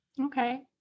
Okay